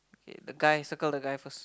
okay the guy circle the guy first